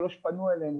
שלוש פנו אליהם,